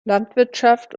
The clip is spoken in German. landwirtschaft